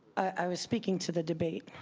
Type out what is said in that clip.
i was speaking to the debate.